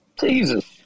Jesus